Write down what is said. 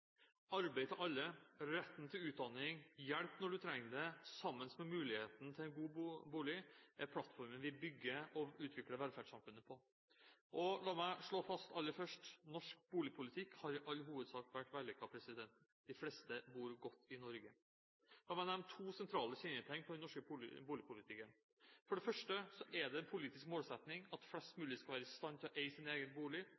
Arbeid til alle, retten til utdanning, hjelp når du trenger det sammen med muligheten til en god bolig, er plattformen vi bygger og utvikler velferdssamfunnet på. La meg slå fast aller først: Norsk boligpolitikk har i all hovedsak vært vellykket. De fleste bor godt i Norge. La meg nevne to sentrale kjennetegn på den norske boligpolitikken. For det første: Det er en politisk målsetning at flest mulig skal være i stand til å eie sin egen bolig